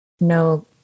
no